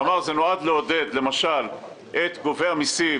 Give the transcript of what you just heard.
הוא אמר שזה נועד לעודד למשל את גובי המיסים,